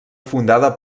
fundada